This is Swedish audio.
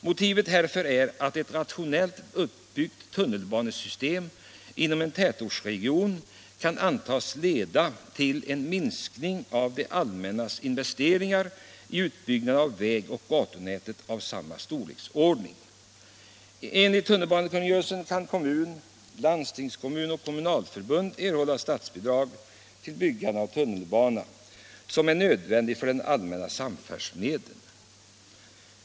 Motivet härför är att ett rationellt uppbyggt tunnelbanesystem inom en tätortsregion kan antas leda till en minskning av det allmännas investeringar i utbyggnad av väg och gatunätet av samma storleksordning. Enligt tunnelbanekungörelsen kan kommun, landstingskommun och kommunalförbund erhålla statsbidrag till byggande av tunnelbana som är nödvändig för den allmänna samfärdseln.